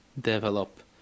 develop